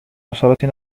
عشرة